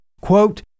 quote